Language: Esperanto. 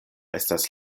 estas